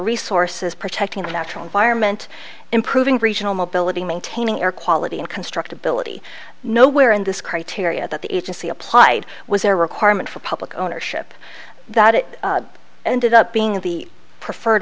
resources protecting natural environment improving regional mobility maintaining air quality and constructibility nowhere in this criteria that the agency applied was a requirement for public ownership that it ended up being the preferred